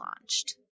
launched